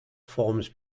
forms